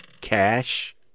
cash